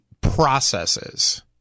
processes